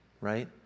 right